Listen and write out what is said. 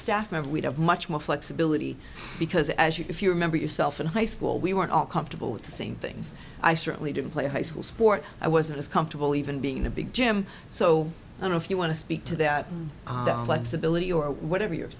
staff member we'd have much more flexibility because as you remember yourself in high school we weren't all comfortable with the same things i certainly didn't play high school sport i wasn't as comfortable even being in a big gym so i don't know if you want to speak to that disability or whatever y